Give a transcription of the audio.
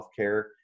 healthcare